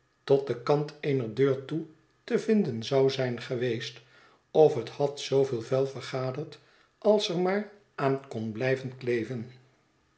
tot den kant eener deur toe te vinden zou zijn geweest of het had zooveel vuil vergaderd als er maar aan kon blijven kleven